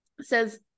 says